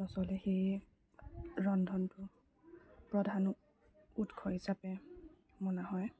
নচলে সেই ৰন্ধনটো প্ৰধান উৎস হিচাপে মনা হয়